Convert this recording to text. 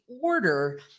order